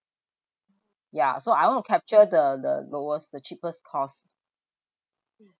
ya so I want to capture the the lowest the cheapest cost